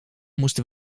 moesten